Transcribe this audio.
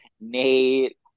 Nate